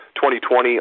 2020